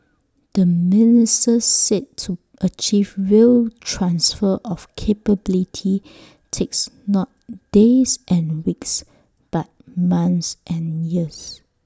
the minister said to achieve real transfer of capability takes not days and weeks but months and years